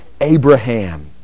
Abraham